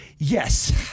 Yes